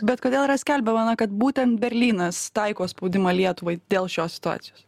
bet kodėl yra skelbiama na kad būtent berlynas taiko spaudimą lietuvai dėl šios situacijos